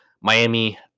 Miami